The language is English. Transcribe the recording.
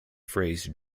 phrase